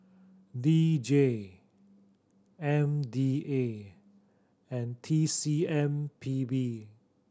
D J M D A and T C M P B